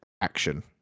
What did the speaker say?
action